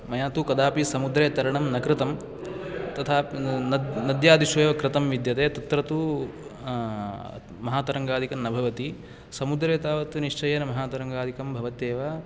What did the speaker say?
मया तु कदापि समुद्रे तरणं न कृतं तथा नद् नद्यादिषु एव कृतं विद्यते तत्र तु महातरङ्गादिकं न भवति समुद्रे तावत् निश्चयेन महातरङ्गादिकं भवत्येव